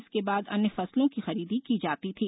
इसके बाद अन्य फसलों की खरीदी की जाती थी